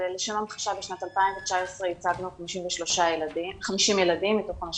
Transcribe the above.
לשם המחשה בשנת 2019 ייצגנו 50 ילדים מתוך 53